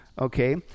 okay